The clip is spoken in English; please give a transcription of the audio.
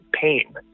pain